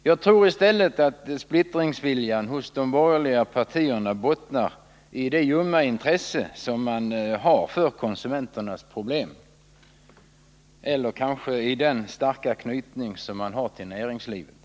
Jag tror i stället att splittringsviljan hos de borgerliga partierna bottnar i det ljumma intresse som de har för konsumenternas problem, eller kanske i den starka knytning som de har till näringslivet.